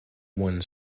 one